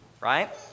Right